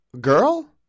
girl